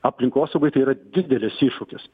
aplinkosaugai tai yra didelis iššūkis